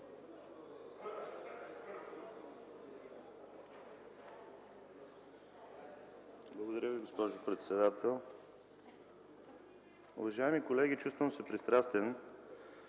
Благодаря Ви, госпожо председател. Уважаеми колеги, чувствам се пристрастен